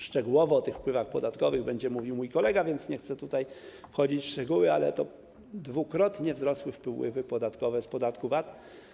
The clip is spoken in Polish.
Szczegółowo o tych wpływach podatkowych będzie mówił mój kolega, więc nie będę wchodził w szczegóły, ale dwukrotnie wzrosły wpływy podatkowe z tytułu podatku VAT.